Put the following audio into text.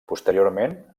posteriorment